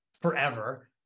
forever